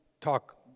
talk